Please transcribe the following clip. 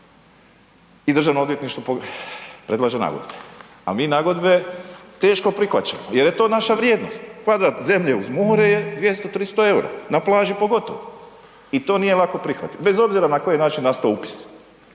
I Državno odvjetništvo predlaže nagodbe a mi nagodbe teško prihvaćamo jer je to naša vrijednost, kvadrat zemlje uz more je 200, 300 eura, na plaži pogotovo. I to nije lako prihvatiti bez obzira na koji način je nastao upis.